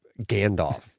Gandalf